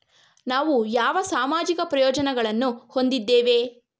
ನಾವು ಯಾವ ಸಾಮಾಜಿಕ ಪ್ರಯೋಜನಗಳನ್ನು ಹೊಂದಿದ್ದೇವೆ?